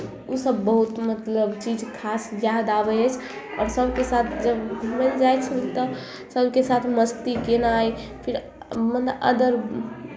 ओसभ बहुत मतलब चीज खास याद आबै अछि आओर सभके साथ जब घूमय लए जाइ छलहुँ तऽ सभके साथ मस्ती कयनाइ फेर मतलब अदर